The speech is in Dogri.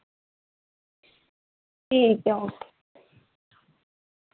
ठीक ऐ